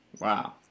Wow